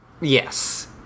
Yes